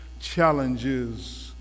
Challenges